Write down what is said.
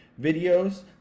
videos